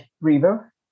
river